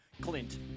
Clint